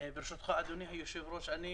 ברשותך אדוני היושב ראש,